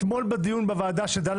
אתמול, בדיון בוועדה שדנה